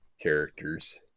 characters